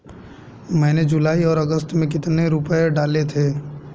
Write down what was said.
मैंने जुलाई और अगस्त में कितने रुपये डाले थे?